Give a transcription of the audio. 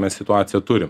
mes situaciją turim